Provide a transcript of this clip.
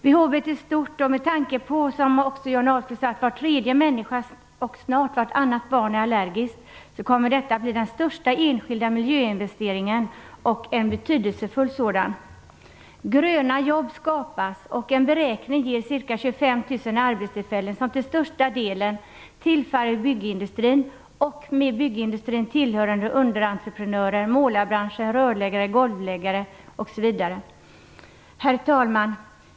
Behovet är stort, och med tanke på att var tredje människa och snart vartannat barn har allergi, kommer detta att bli den största enskilda miljöinvesteringen - och en betydelsefull sådan. Gröna jobb skapas, och det ger enligt en beräkning ca 25 000 arbetstillfälen, som till största delen tillfaller byggindustrin och byggindustrins underentreprenörer, målarbranschen, rörläggare, golvläggare osv. Herr talman!